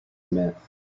myth